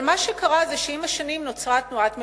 אבל מה שקרה זה שעם השנים נוצרה תנועת מלקחיים.